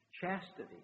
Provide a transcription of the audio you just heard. chastity